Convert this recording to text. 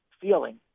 feeling